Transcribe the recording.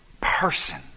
person